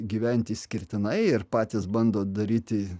gyvent išskirtinai ir patys bando daryti